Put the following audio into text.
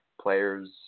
players